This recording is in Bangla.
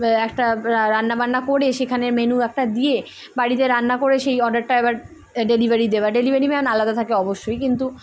একটা রান্নাবান্না করে সেখানে মেনু একটা দিয়ে বাড়িতে রান্না করে সেই অর্ডারটা এবার ডেলিভারি দেওয়া ডেলিভারি ম্যান আলাদা থাকে অবশ্যই কিন্তু